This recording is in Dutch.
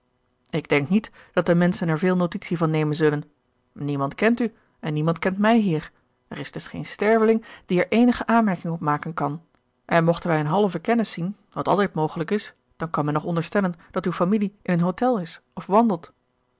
ik denk niet dat de menschen er veel notitie van nemen zullen niemand kent u en niemand kent mij hier er is dus geen sterveling die er eenige aanmerking op maken kan en mochten wij een halven kennis zien wat altijd mogelijk is dan kan men nog onderstellen dat uwe familie in een hotel is of wandelt